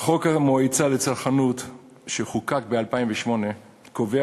חוק המועצה לצרכנות שחוקק ב-2008 קובע